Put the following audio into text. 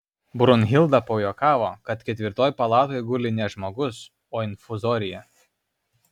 brunhilda pajuokavo kad ketvirtoj palatoj guli ne žmogus o infuzorija